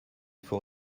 faut